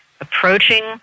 approaching